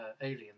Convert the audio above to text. Alien